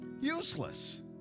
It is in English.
useless